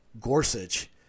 Gorsuch